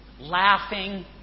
laughing